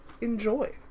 enjoy